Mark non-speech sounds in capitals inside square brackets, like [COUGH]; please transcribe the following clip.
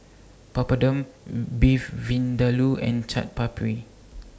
Papadum [NOISE] Beef Vindaloo and Chaat Papri